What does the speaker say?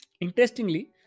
Interestingly